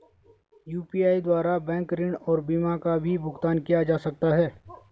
UPI द्वारा bank ऋण और बीमा का भी भुगतान किया जा सकता है?